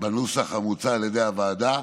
בנוסח המוצע על ידי הוועדה.